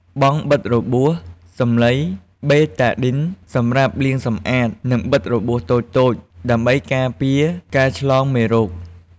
បង់បិទរបួស សំឡី បេតាឌីន សម្រាប់លាងសម្អាត និងបិទរបួសតូចៗ ដើម្បីការពារការឆ្លងមេរោគ។